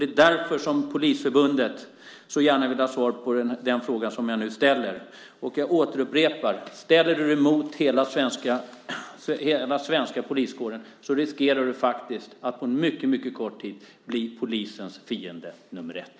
Det är därför som Polisförbundet så gärna vill ha svar på den fråga som jag nu ställer. Jag återupprepar: Ställer du dig mot hela den svenska poliskåren riskerar du faktiskt att på mycket kort tid bli polisens fiende nr 1.